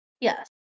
Yes